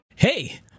Hey